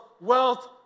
wealth